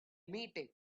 meeting